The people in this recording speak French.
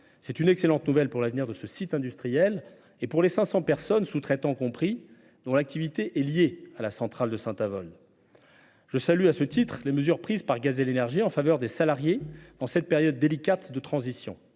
C’est une excellente nouvelle pour l’avenir de ce site industriel et pour les 500 personnes, sous traitants compris, dont l’activité est liée à la centrale de Saint Avold. Je salue, à ce titre, les mesures prises par GazelEnergie en faveur des salariés dans cette période délicate de transition,